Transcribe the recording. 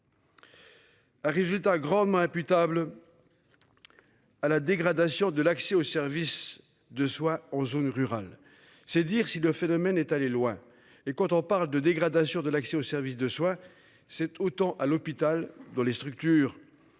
Ah. Résultat grandement imputable. À la dégradation de l'accès aux services de soin en zone rurale. C'est dire si le phénomène est allé loin et quand on parle de dégradation de l'accès aux services de soin, c'est autant à l'hôpital dans les structures.